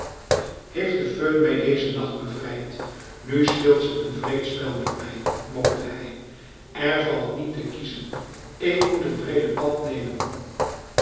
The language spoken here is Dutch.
heeft de föhn mij dezen nacht bevrijd nu speelt ze een wreed spel met mij mokte hij er valt niet te kiezen ik moet het breede pad nemen